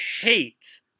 hate